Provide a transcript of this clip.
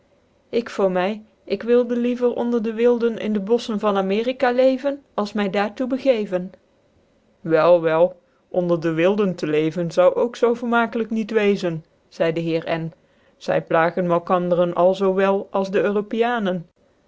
ik voormy ik wilde liever onder de wilden in dc bollenen van amerika leven als my daar toe te begeevcn wel wel onder dc wilden te leven zoude ook zoo vermakelijk niet weezen zcidc dc heer n zy plagen malkanderen alzo wel als dc europianc